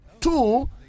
Two